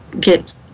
get